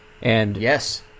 Yes